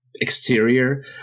exterior